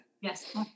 Yes